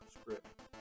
script